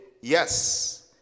yes